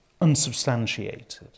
Unsubstantiated